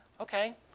Okay